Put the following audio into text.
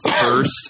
first